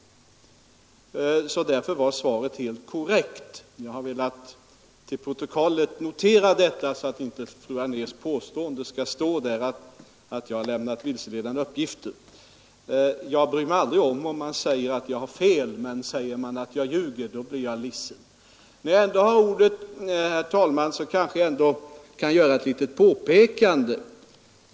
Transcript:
Därför var mitt svar fullt korrekt. Jag har velat få detta noterat till kammarens protokoll, så att inte fru Anérs påstående att jag har lämnat vilseledande uppgifter står oemotsagt. Jag bryr mig aldrig om ifall någon påstår att jag har fel, men säger man att jag ljuger så blir jag ledsen. Herr talman! Eftersom jag ändå har ordet får jag kanske göra ett litet påpekande.